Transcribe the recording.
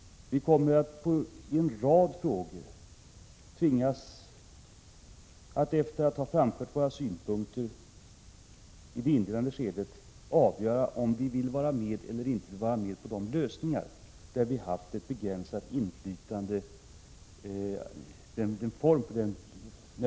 Vi kommer att i en rad frågor tvingas att, efter att ha framfört vår synpunkt i ett inledande skede, avgöra om vi vill vara med eller inte på lösningar; även sådana där vi har haft ett begränsat inflytande på utformningen.